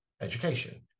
education